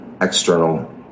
external